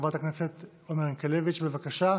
חברת הכנסת עומר ינקלביץ', בבקשה,